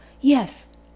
Yes